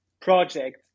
project